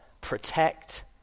protect